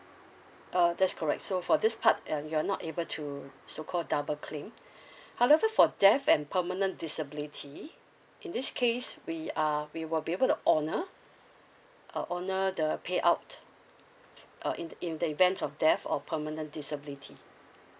uh that's correct so for this part uh you're not able to so called double claim however for death and permanent disability in this case we uh we will be able to honour uh honour the payout uh in in the event of death or permanent disability